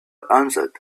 answered